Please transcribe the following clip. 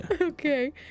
Okay